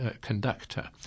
conductor